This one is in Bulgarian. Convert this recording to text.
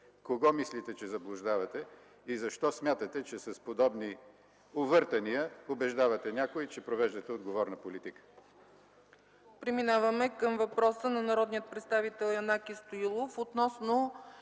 Кого мислите, че заблуждавате, и защо смятате, че с подобни увъртания убеждавате някой, че провеждате отговорна политика?